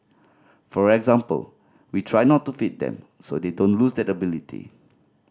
for example we try not to feed them so they don't lose that ability